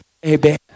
baby